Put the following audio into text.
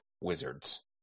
Wizards